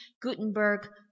Gutenberg